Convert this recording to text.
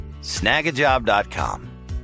Snagajob.com